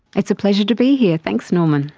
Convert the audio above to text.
it's a pleasure to be here, thanks norman.